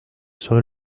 serais